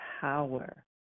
power